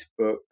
facebook